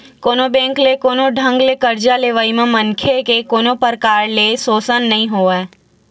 कोनो बेंक ले कोनो ढंग ले करजा लेवई म मनखे के कोनो परकार ले सोसन नइ होना हे